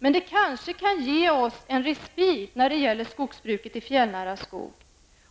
Men det kanske kan ge oss en respit när det gäller skogsbruket i fjällnära skog.